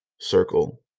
circle